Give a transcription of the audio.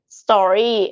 story